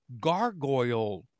gargoyle